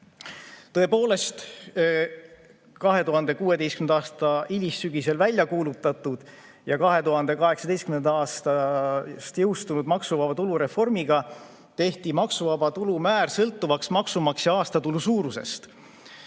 eelnõust. Tõepoolest, 2016. aasta hilissügisel välja kuulutatud ja 2018. aastal jõustunud maksuvaba tulu reformiga tehti maksuvaba tulu määr sõltuvaks maksumaksja aastatulu suurusest